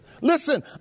Listen